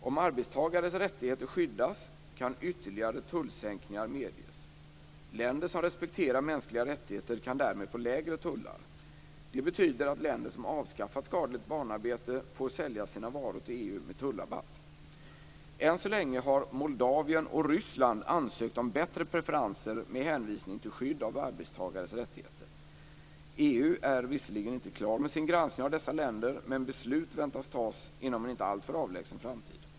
Om arbetstagares rättigheter skyddas kan ytterligare tullsänkningar medges. Länder som respekterar mänskliga rättigheter kan därmed få lägre tullar. Det betyder att länder som avskaffat skadligt barnarbete får sälja sina varor till EU med tullrabatt. Än så länge har Moldavien och Ryssland ansökt om bättre preferenser med hänvisning till skydd av arbetstagares rättigheter. EU är visserligen inte klar med sin granskning av dessa länder, men beslut väntas tas inom en inte alltför avlägsen framtid.